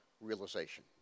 realization